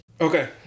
Okay